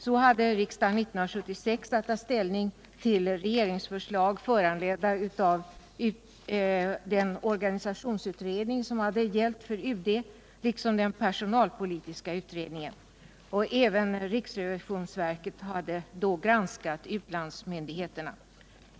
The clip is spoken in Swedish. Sålunda hade riksdagen 1976 att ta ställning till regeringsförslag föranledda av den organisationsutredning som gällt för UD och för den personalpolitiska utredningen. Även riksrevisionsverket hade då granskat utlandsmyndigheterna.